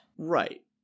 Right